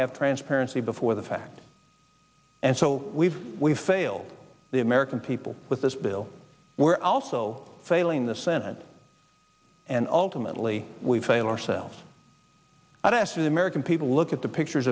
have transparency before the fact and so we've we've failed the american people with this bill we're also failing the senate and ultimately we fail ourselves as american people look at the pictures